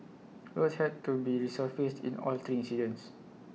roads had to be resurfaced in all three incidents